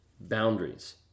boundaries